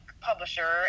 publisher